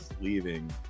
leaving